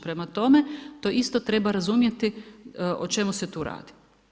Prema tome, to isto treba razumjeti o čemu se tu radi.